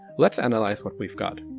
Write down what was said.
let's analyse what we've got.